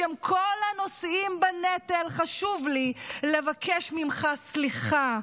בשם כל הנושאים בנטל, חשוב לי לבקש ממך סליחה.